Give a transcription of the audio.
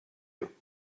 you